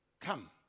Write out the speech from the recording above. come